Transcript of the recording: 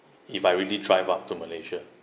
if I really drive out to malaysia